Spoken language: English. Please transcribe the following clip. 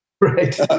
right